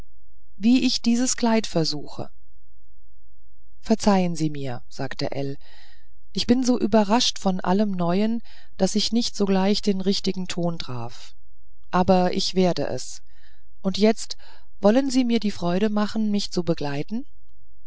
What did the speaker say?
wie ich dies kleid versuche verzeihen sie mir sagte ell ich bin so überrascht von allem neuen daß ich nicht sogleich den richtigen ton traf aber ich werde es und jetzt wollen sie mir die freude machen mich zu begleiten